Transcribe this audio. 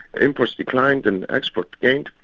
imports declined and exports gained,